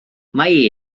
mae